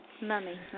Mummy